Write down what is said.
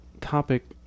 topic